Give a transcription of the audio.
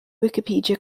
wicipedia